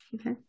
Okay